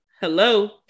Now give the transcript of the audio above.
Hello